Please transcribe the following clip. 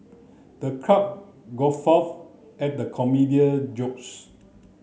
the crowd guffawed at the comedian jokes